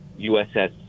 uss